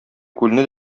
күлне